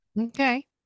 Okay